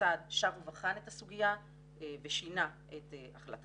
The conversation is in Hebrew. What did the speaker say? המוסד שב ובחן את הסוגיה ושינה את החלטתו.